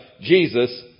Jesus